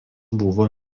buvo